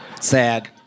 Sad